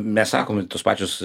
mes sakome tos pačios